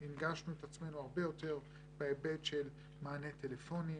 הנגשנו את עצמנו הרבה יותר בהיבט של מענה טלפוני,